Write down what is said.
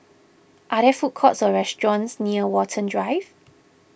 are there food courts or restaurants near Watten Drive